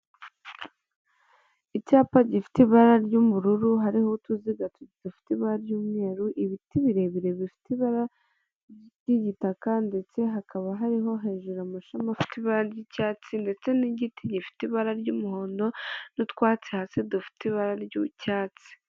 Icyapa gifite ibara ry'ubururu hariho utuziga dufite ibara ry'umweru ibiti birebire bifite ibara ry'igitaka, ndetse hakaba hariho hejuru amashami afite ibara ry'icyatsi, ndetse n'igiti gifite ibara ry'umuhondo n'utwatsi hasi dufite ibara ry'icyatsi.